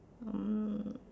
um